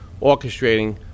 orchestrating